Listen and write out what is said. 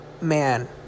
Man